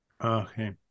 Okay